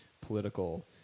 political